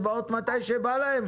הן באות מתי שבא להן?